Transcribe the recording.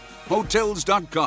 Hotels.com